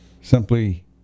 simply